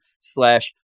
Slash